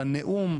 לנאום,